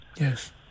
Yes